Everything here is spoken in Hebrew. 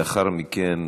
לאחר מכן,